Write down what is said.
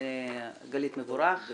גלית מבורך,